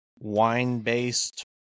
wine-based